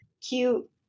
cute